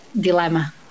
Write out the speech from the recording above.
dilemma